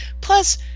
Plus